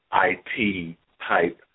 IT-type